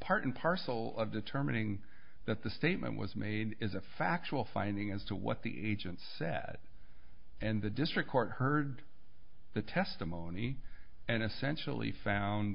part and parcel of determining that the statement was made is a factual finding as to what the agents sad and the district court heard the testimony and essentially found